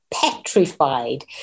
petrified